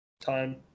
time